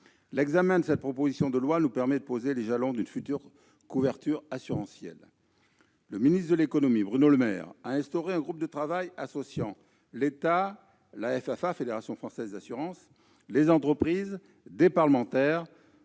l'examen de cette proposition de loi nous permet de poser les jalons d'une future couverture assurantielle. Bruno Le Maire, ministre de l'économie et des finances, a instauré un groupe de travail associant l'État, la Fédération française de l'assurance (FFA), les entreprises, des parlementaires,